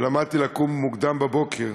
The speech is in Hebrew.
ולמדתי לקום מוקדם בבוקר.